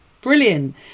brilliant